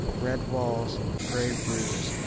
red walls, grey roofs,